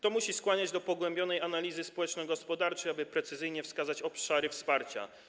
To musi skłaniać do pogłębionej analizy społeczno-gospodarczej, aby precyzyjnie wskazać obszary wsparcia.